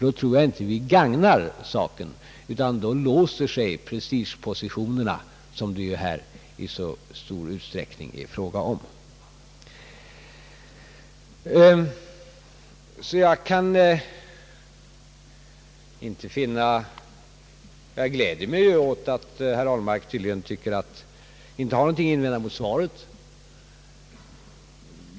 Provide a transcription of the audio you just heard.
Då tror jag inte vi gagnar saken, utan då låser sig prestigepositionerna — som det ju här i stor utsträckning är fråga om. Det gläder mig att herr Ahlmark tydligen inte har någonting att invända mot svaret.